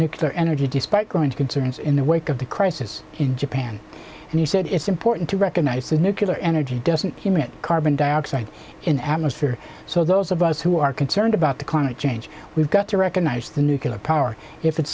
nuclear energy despite growing concerns in the wake of the crisis in japan and he said it's important to recognize that nuclear energy doesn't emit carbon dioxide in the atmosphere so those of us who are concerned about the climate change we've got to recognize the nuclear power if it's